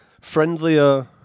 friendlier